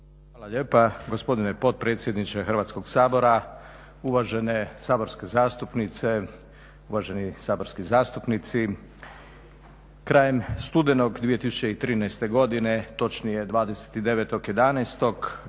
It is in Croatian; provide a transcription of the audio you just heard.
Hvala lijepa. Gospodine potpredsjedniče Hrvatskog sabora, uvažene saborske zastupnice, uvaženi saborski zastupnici. Krajem studenog 2013.godine točnije 29.11. prošle